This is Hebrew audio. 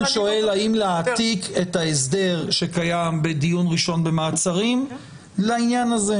האם להעתיק את ההסדר שקיים בדיון ראשון במעצרים לעניין הזה.